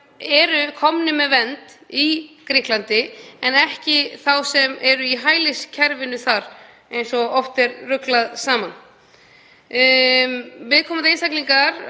eru komnir með vernd í Grikklandi en ekki þá sem eru í hæliskerfinu þar, eins og oft er ruglað saman. Viðkomandi einstaklingar